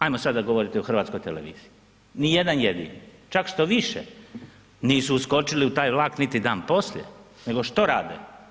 Ajmo sada govoriti o Hrvatskoj televiziji, ni jedan jedini, čak štoviše nisu uskočili u taj vlak niti dan poslije, nego što rade?